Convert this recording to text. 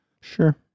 Sure